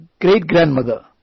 great-grandmother